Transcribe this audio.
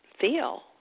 feel